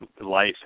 Life